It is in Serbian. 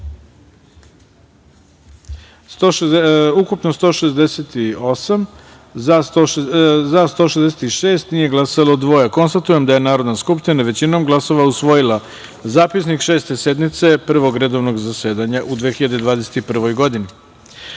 ukupno - 168, za – 166, nije glasalo dvoje. Konstatujem da je Narodna skupština, većinom glasova, usvojila Zapisnik Šeste sednice Prvog redovnog zasedanja u 2021.